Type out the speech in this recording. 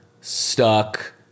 stuck